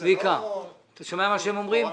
זה לא תורה מסיני.